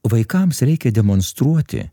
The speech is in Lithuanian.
vaikams reikia demonstruoti